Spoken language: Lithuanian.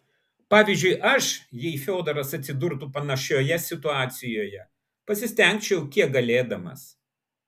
pavyzdžiui aš jei fiodoras atsidurtų panašioje situacijoje pasistengčiau kiek galėdamas